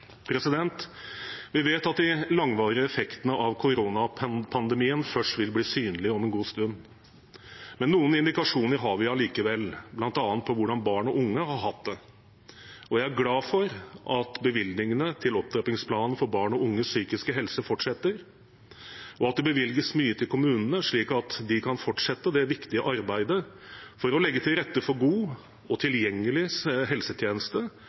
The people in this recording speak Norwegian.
Vi vet at de langvarige effektene av koronapandemien først vil bli synlige om en god stund, men noen indikasjoner har vi allikevel, bl.a. på hvordan barn og unge har hatt det. Jeg er glad for at bevilgningene til opptrappingsplanen for barn og unges psykiske helse fortsetter, og at det bevilges mye til kommunene, slik at de kan fortsette det viktige arbeidet for å legge til rette for god og tilgjengelig helsetjeneste